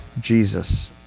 Jesus